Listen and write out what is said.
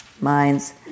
minds